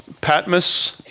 Patmos